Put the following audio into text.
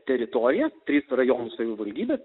teritorijas tris rajonų savivaldybes